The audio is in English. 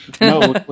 No